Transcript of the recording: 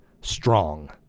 strong